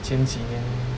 前几年